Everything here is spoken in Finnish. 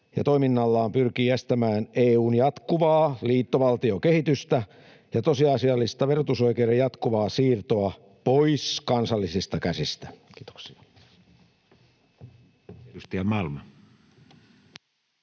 toiminnallaan pyrkii estämään EU:n jatkuvaa liittovaltiokehitystä ja tosiasiallista verotusoikeuden jatkuvaa siirtoa pois kansallisista käsistä. — Kiitoksia.